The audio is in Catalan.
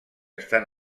estan